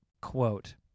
Quote